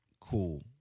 cool